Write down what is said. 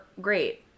great